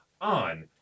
on